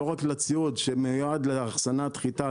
לא רק לציוד שמיועד לאחסנת חיטה,